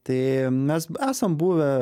tai mes esam buvę